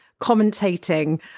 commentating